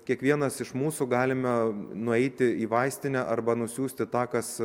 kiekvienas iš mūsų galime nueiti į vaistinę arba nusiųsti tą kas